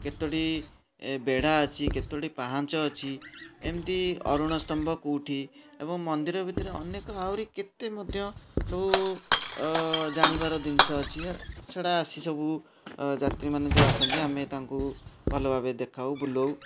କେତୋଟି ବେଢ଼ା ଅଛି କେତୋଟି ପାହାଁଚ ଅଛି ଏମିତି ଅରୁଣ ସ୍ତମ୍ବ କେଉଁଠି ଏବଂ ମନ୍ଦିର ଭିତରେ ଅନେକ ଆହୁରି କେତେ ମଧ୍ୟ ସବୁ ଜାଣିବାର ଜିନିଷ ଅଛି ସେଗୁଡ଼ା ଅଛି ସବୁ ଯାତ୍ରୀ ମାନେ ଯେଉଁ ଆସନ୍ତି ଆମେ ତାଙ୍କୁ ଭଲ ଭାବେ ଦେଖାଉ ବୁଲାଉ